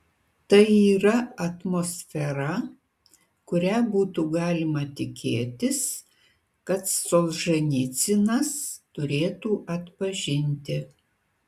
tai yra atmosfera kurią būtų galima tikėtis kad solženicynas turėtų atpažinti